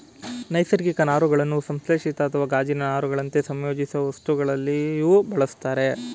ನೈಸರ್ಗಿಕ ನಾರುಗಳನ್ನು ಸಂಶ್ಲೇಷಿತ ಅಥವಾ ಗಾಜಿನ ನಾರುಗಳಂತೆ ಸಂಯೋಜಿತವಸ್ತುಗಳಲ್ಲಿಯೂ ಬಳುಸ್ತರೆ